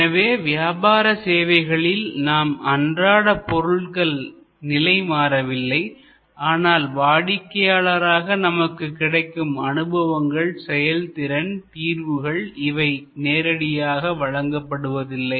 எனவே வியாபார சேவைகளில் நாம் அன்றாட பொருள்கள் நிலை மாறவில்லை ஆனால் வாடிக்கையாளரான நமக்கு கிடைக்கும் அனுபவங்கள் செயல்திறன் தீர்வுகள் இவை நேரடியாக வழங்கப்படுவதில்லை